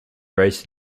raised